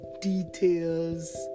details